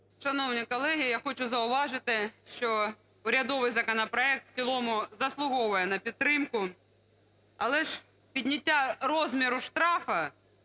Шановні колеги, я хочу зауважити, що урядовий законопроект в цілому заслуговує на підтримку. Але ж підняття розміру штрафу